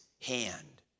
hand